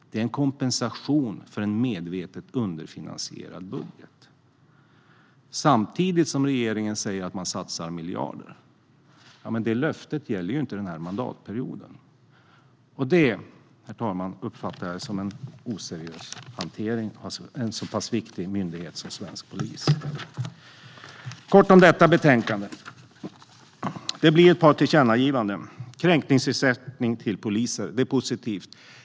Det är en kompensation för en medvetet underfinansierad budget. Samtidigt säger regeringen att man satsar miljarder. Ja, men det löftet gäller ju inte den här mandatperioden. Det, herr talman, uppfattar jag som oseriös hantering av en så pass viktig myndighet som svensk polis. Kort om detta betänkande: Det blir ett par tillkännagivanden. Det ena gäller kränkningsersättning till poliser - det är positivt.